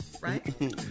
right